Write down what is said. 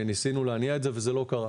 ניסינו להניע את זה וזה לא קרה.